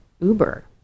Uber